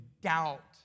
doubt